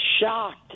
shocked